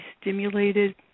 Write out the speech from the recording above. stimulated